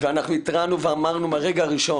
ואנחנו התרענו ואמרנו מהרגע הראשון: